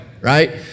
right